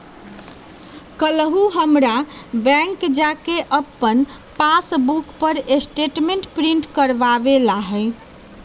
काल्हू हमरा बैंक जा कऽ अप्पन पासबुक पर स्टेटमेंट प्रिंट करेनाइ हइ